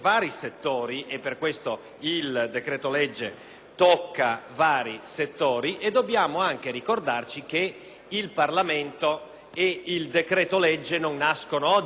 tocca diversi - e dobbiamo anche ricordare che il Parlamento e il decreto-legge non nascono oggi. Nella scorsa legislatura abbiamo